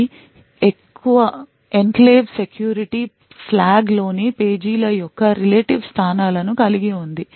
ఇది enclave security flag లోని పేజీల యొక్క relative స్థానాలను కలిగి ఉంది